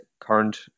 current